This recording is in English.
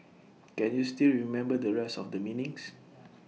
can you still remember the rest of the meanings